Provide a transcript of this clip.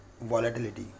volatility